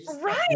right